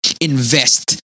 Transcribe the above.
invest